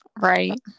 Right